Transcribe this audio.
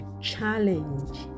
challenge